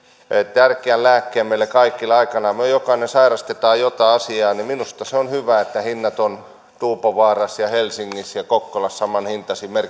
tärkeän lääkkeen meille kaikille aikanaan kun me jokainen sairastamme jotain asiaa niin minusta se on hyvä että hinnat ovat tuupovaarassa ja helsingissä ja kokkolassa saman hintaisia